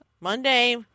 Monday